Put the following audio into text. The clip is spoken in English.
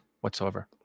whatsoever